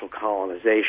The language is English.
colonization